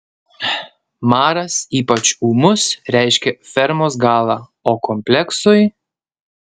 maras ypač ūmus reiškia fermos galą o kompleksui